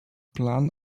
plan